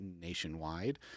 nationwide